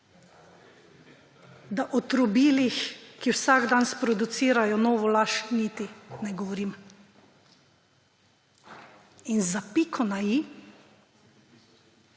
da o trobilih, ki vsak dan sproducirajo novo laž, niti ne govorim. In za piko na i